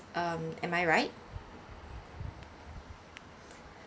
um am I right